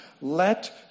let